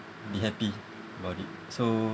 be happy about it so